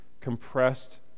compressed